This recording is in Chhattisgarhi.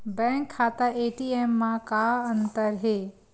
बैंक खाता ए.टी.एम मा का अंतर हे?